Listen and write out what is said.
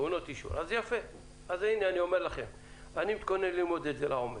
אני מתכונן ללמוד את זה לעומק.